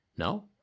No